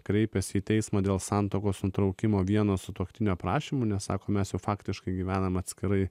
kreipiasi į teismą dėl santuokos nutraukimo vieno sutuoktinio prašymu nesako mes faktiškai gyvename atskirai